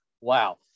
Wow